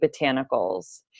Botanicals